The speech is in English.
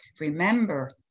remember